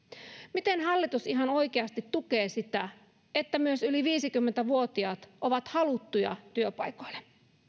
miten hallitus ihan oikeasti tukee sitä että myös yli viisikymmentä vuotiaat ovat haluttuja työpaikoille